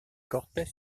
cortes